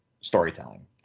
storytelling